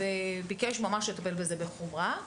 וביקש ממש לטפל בזה בחומרה.